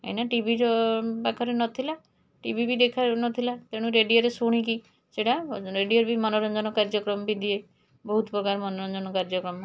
କାହିଁକିନା TV ଯେଉଁ ପାଖରେ ନଥିଲା ଟି ଭି ବି ଦେଖା ଯାଉନଥିଲା ତେଣୁ ରେଡ଼ିଓରେ ଶୁଣିକି ସେଇଟା ରେଡ଼ିଓ ବି ମନୋରଞ୍ଜନ କାର୍ଯ୍ୟକ୍ରମ ବି ଦିଏ ବହୁତପ୍ରକାର ମନରଞ୍ଜନ କାର୍ଯ୍ୟକ୍ରମ